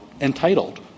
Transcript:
entitled